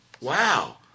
Wow